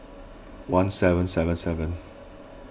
one seven seven seven